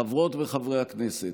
חברות וחברי הכנסת,